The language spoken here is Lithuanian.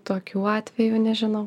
tokių atvejų nežinau